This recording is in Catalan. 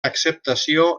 acceptació